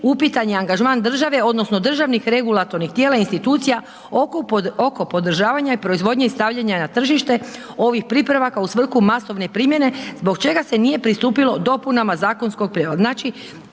upitan je angažman države odnosno državnih regulatornih tijela i institucija oko podržavanja i proizvodnje i stavljanja na tržište ovih pripravaka u svrhu masovne primjene zbog čega se nije pristupilo dopunama zakonskog prijedloga?